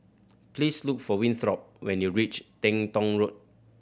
please look for Winthrop when you reach Teng Tong Road